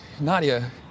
nadia